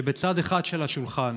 שבצד אחד של השולחן